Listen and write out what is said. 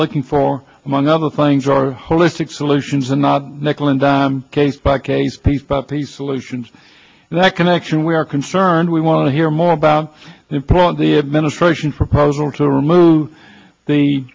looking for among other things or holistic solutions and not nickel and dime case by case piece by piece allusions that connection we are concerned we want to hear more about the pull of the administration for a puzzle to remove the